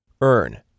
earn